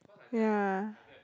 ya